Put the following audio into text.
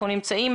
אנחנו נמצאים